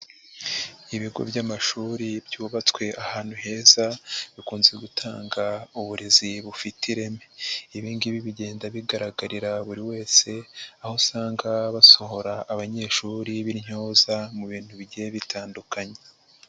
Ibigo by'amashuri byubatswe ahantu heza bikunze gutanga uburezi bufite ireme, ibi ngibi bigenda bigaragarira buri wese aho usanga basohora abanyeshuri b'intyoza mu bintu bigiye bitandukanye.